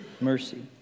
mercy